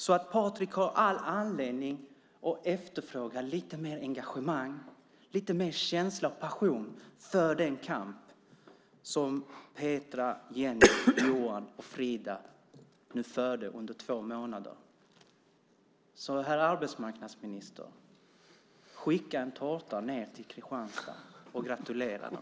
Patrik har alltså all anledning att efterfråga lite mer engagemang, lite mer känsla och passion, för den kamp som Petra, Jenny, Johan och Frida förde under två månader. Så, herr arbetsmarknadsminister, skicka en tårta ned till Kristianstad och gratulera dem!